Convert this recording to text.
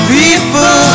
people